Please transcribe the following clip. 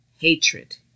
hatred